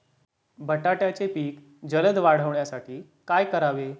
बटाट्याचे पीक जलद वाढवण्यासाठी काय करावे?